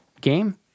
game